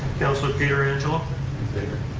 councilor pietrangelo? in favor.